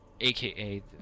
aka